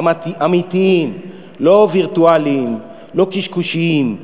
אמיתיים, לא וירטואליים, לא קשקושים,